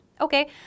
Okay